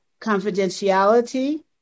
confidentiality